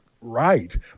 right